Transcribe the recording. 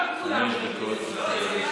ממה צחקת?